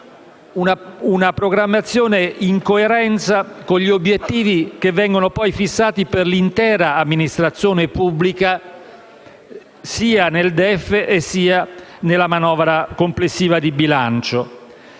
una programmazione in coerenza con gli obiettivi che vengono fissati per l'intera amministrazione pubblica sia nel DEF che nella manovra complessiva di bilancio.